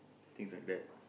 things like that